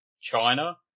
China